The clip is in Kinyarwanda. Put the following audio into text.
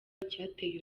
icyateye